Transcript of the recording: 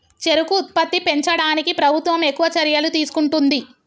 చెరుకు ఉత్పత్తి పెంచడానికి ప్రభుత్వం ఎక్కువ చర్యలు తీసుకుంటుంది